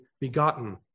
begotten